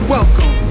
Welcome